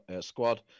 squad